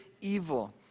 evil